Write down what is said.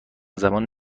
زمان